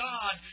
God